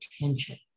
attention